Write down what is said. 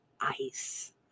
ice